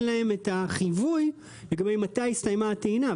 להם את החיווי לגבי מתי הסתיימה הטעינה,